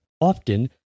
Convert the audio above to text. often